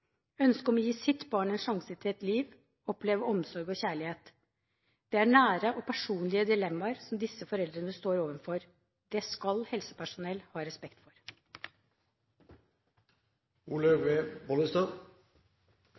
ønsket om å gi sitt barn en sjanse til et liv, oppleve omsorg og kjærlighet. Det er nære og personlige dilemmaer som disse foreldrene står overfor. Det skal helsepersonell ha respekt